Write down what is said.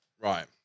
Right